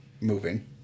moving